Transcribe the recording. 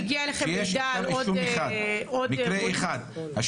שיש ממקרה אחד,